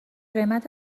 قیمت